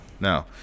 No